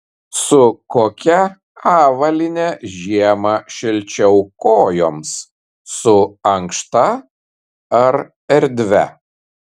su kokia avalyne žiemą šilčiau kojoms su ankšta ar erdvia